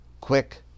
quick